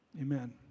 Amen